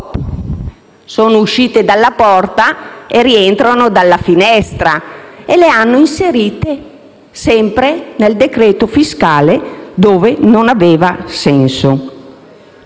sono uscite dalla porta e rientrano dalla finestra, perché le hanno inserite nel decreto-legge fiscale, dove non aveva senso